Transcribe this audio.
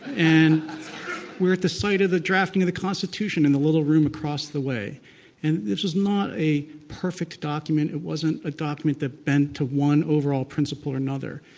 and we're at the site of the drafting of the c onstitution in the little room across the way. and this is not a perfect document. it wasn't a document that bent to one overall principle or another.